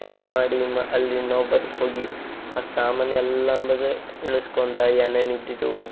ಚಾಲು ಮಾಡಿ ಅಲ್ಲಿ ನವಬಾದಕ್ಕ ಹೋಗಿ ಆ ಸಾಮಾನೆಲ್ಲ ಅಂಬದ ಇಳಿಸ್ಕೊಂದ ಏನೇನಿದ್ದಿದ್ದವು